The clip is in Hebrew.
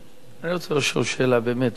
אני רוצה לשאול שאלה בעניין הזה.